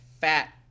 Fat